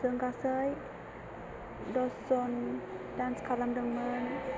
जों गासै दस जन दान्स खालामदोंमोन